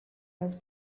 has